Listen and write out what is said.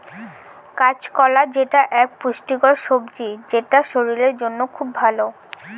কাঁচকলা যেটা এক পুষ্টিকর সবজি সেটা শরীরের জন্য খুব ভালো